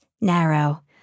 narrow